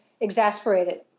exasperated